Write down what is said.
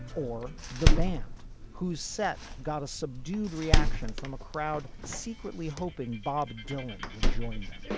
for the band whose set got a subdued reaction from a crowd secretly hoping bob dylan would join them.